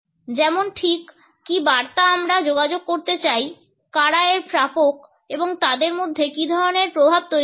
যেমন ঠিক কী বার্তা যা আমরা যোগাযোগ করতে চাই কারা এর প্রাপক এবং তাদের মধ্যে কী ধরনের প্রভাব তৈরি হবে